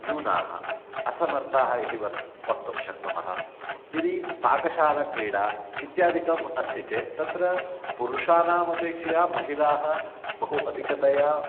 न्यूनाः असमर्थाः इति वत् वक्तुं शक्नुमः यदि पाकशालक्रीडा इत्यादिकम् अस्ति चेत् तत्र पुरुषाणाम् अपेक्षया महिलाः बहु अधिकतया